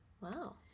Wow